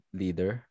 leader